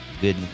good